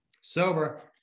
Sober